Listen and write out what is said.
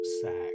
sack